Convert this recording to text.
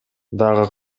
дагы